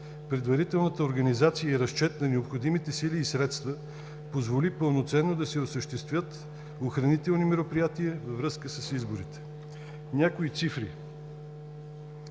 предварителната организация и разчет на необходимите сили и средства позволи пълноценно да се осъществят охранителни мероприятия във връзка с изборите. Някои цифри.